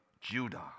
Judah